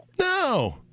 No